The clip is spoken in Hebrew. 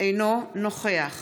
אינו נוכח